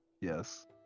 Yes